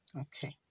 Okay